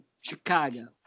Chicago